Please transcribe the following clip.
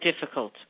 difficult